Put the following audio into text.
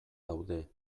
daude